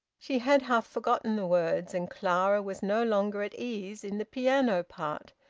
she had half-forgotten the words, and clara was no longer at ease in the piano part,